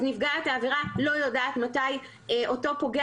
אז נפגעת העבירה לא יודעת מתי אותו פוגע